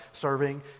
serving